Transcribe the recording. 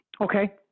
Okay